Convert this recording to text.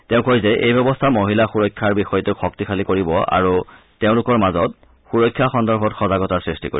তেওঁ কয় যে এই ব্যৱস্থা মহিলা সুৰক্ষাৰ বিষয়টোক শক্তিশালী কৰিব আৰু তেওঁলোকৰ মাজত সুৰক্ষা সন্দৰ্ভত সজাগতাৰ সৃষ্টি কৰিব